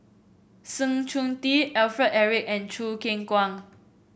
Sng Choon Yee Alfred Eric and Choo Keng Kwang